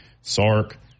Sark